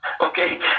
Okay